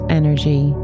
energy